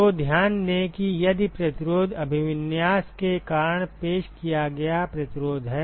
तो ध्यान दें कि यह प्रतिरोध अभिविन्यास के कारण पेश किया गया प्रतिरोध है